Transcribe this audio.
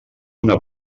una